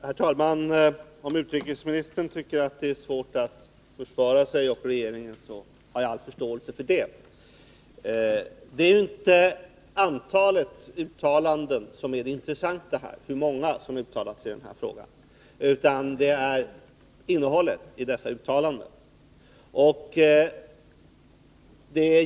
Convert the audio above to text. Herr talman! Om utrikesministern tycker att det är svårt att försvara sig och regeringen, så har jag all förståelse för det. Det är inte antalet uttalanden eller hur många som uttalat sig som är det intressanta i den här frågan, utan det gäller innehållet i dessa uttalanden.